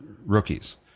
rookies